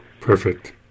Perfect